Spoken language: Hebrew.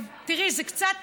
תראי, זה קצת